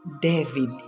David